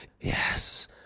yes